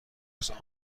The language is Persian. است